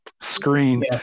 screen